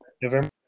November